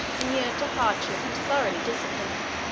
inured to hardship and thoroughly disciplined.